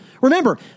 remember